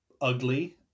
ugly